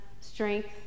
strength